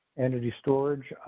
energy, storage,